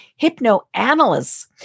hypnoanalysts